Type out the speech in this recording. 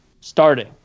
starting